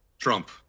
Trump